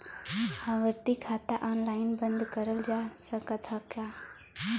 आवर्ती खाता ऑनलाइन बन्द करल जा सकत ह का?